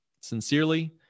Sincerely